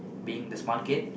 being the smart kid